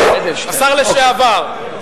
השר לשעבר,